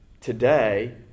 Today